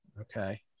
okay